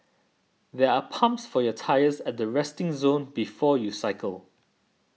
there are pumps for your tyres at the resting zone before you cycle